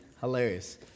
Hilarious